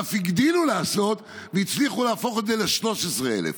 ואף הגדילו לעשות והצליחו להפוך את זה ל-13,000.